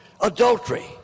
Adultery